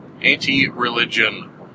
anti-religion